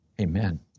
Amen